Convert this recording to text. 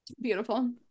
Beautiful